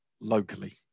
locally